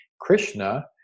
Krishna